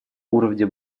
уровня